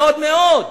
מאוד מאוד.